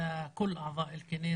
טוב יותר ותהיה מועיל לכל חברי הכנסת,